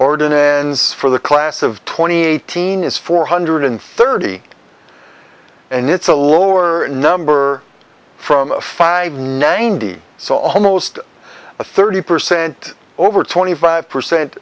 ordinance for the class of twenty eighteen is four hundred thirty and it's a lower number from five ninety so almost a thirty percent over twenty five percent